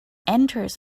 enters